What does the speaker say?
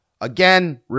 again